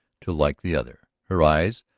to like the other. her eyes,